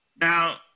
Now